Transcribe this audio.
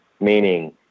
meaning